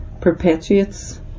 perpetuates